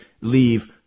leave